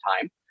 time